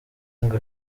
ngo